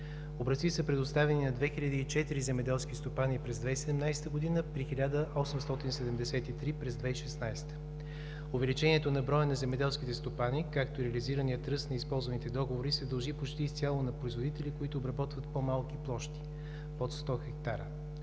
Образци са предоставени на 2004 земеделски стопани през 2017 г. при 1873 през 2016 г. Увеличението на броя на земеделските стопани, както и реализираният ръст на използваните договори, се дължи почти изцяло на производители, които обработват по-малки площи – под 100 хектара.